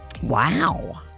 wow